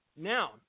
Now